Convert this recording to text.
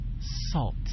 Salt